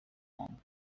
form